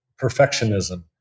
perfectionism